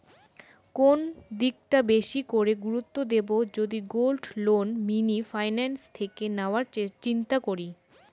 কোন দিকটা বেশি করে গুরুত্ব দেব যদি গোল্ড লোন মিনি ফাইন্যান্স থেকে নেওয়ার চিন্তা করি?